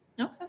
Okay